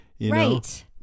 Right